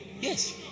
Yes